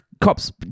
Cops